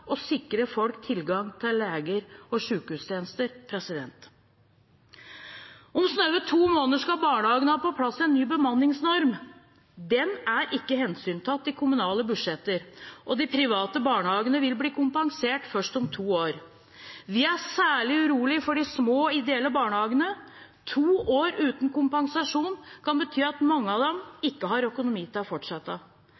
å sikre folk tilgang til leger og sykehustjenester. Om snaue to måneder skal barnehagene ha på plass en ny bemanningsnorm. Den er ikke hensyntatt i kommunale budsjetter, og de private barnehagene vil bli kompensert først om to år. Vi er særlig urolige for de små ideelle barnehagene. To år uten kompensasjon kan bety at mange av dem